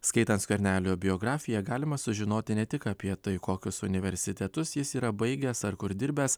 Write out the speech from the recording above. skaitant skvernelio biografiją galima sužinoti ne tik apie tai kokius universitetus jis yra baigęs ar kur dirbęs